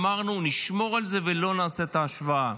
אמרנו שנשמור על זה ולא נעשה את ההשוואה.